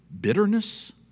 bitterness